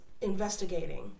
investigating